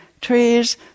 trees